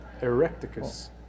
Erecticus